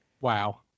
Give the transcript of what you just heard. Wow